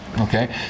Okay